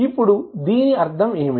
ఇప్పుడు దీని అర్థం ఏమిటి